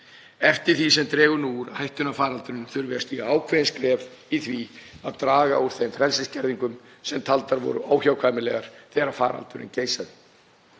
Eftir því sem dregur úr hættunni af faraldrinum þurfum við að stíga ákveðin skref í því að draga úr þeim frelsisskerðingum sem taldar voru óhjákvæmilegar þegar faraldurinn geisaði.